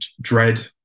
dread